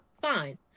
fine